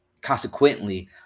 Consequently